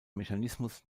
mechanismus